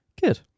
Good